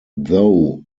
though